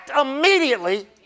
immediately